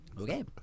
okay